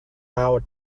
our